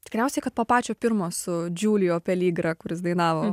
tikriausiai kad po pačio pirmo su džulio pelygra kuris dainavo